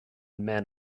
men